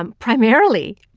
um primarily,